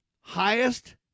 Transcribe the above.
highest